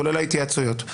כולל ההתייעצויות,